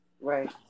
right